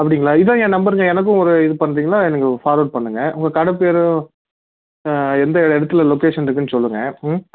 அப்படிங்களா இதுதான் என் நம்பருங்க எனக்கும் ஒரு இது பண்ணுறீங்களா எனக்கு ஃபார்வேர்டு பண்ணுங்கள் உங்க கடை பேரும் ஆ எந்த இடத்துல லொக்கேஷன் இருக்குதுன்னு சொல்லுங்கள் ம்